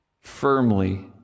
firmly